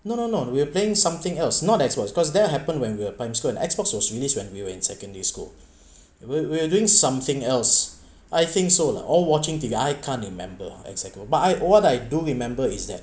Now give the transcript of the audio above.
no no not we're playing something else not X_box because there happen when we're primary school and X_box was released when we were in secondary school we're we're doing something else I think so lah all watching T_V I can't remember exactly but I what I do remember is that